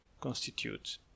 constitute